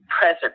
present